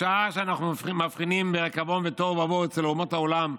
בשעה שאנחנו מבחינים בריקבון ותוהו ובוהו אצל אומות העולם,